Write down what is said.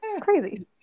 Crazy